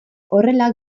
horrela